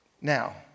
Now